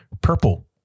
Purple